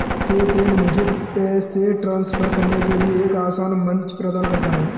PayPal मुझे पैसे transfer करने के लिए एक आसान मंच प्रदान करता है